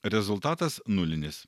rezultatas nulinis